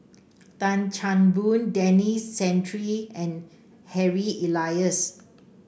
Tan Chan Boon Denis Santry and Harry Elias